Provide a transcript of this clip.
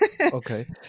Okay